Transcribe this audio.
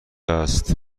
است